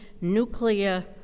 nuclear